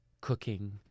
cooking